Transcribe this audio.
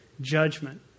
judgment